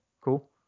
cool